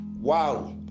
Wow